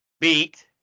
beat